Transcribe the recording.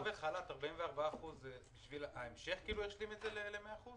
אבטלה וחל"ת 44% ההמשך כאילו ישלים את זה ל-100%